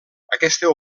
aquesta